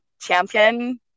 champion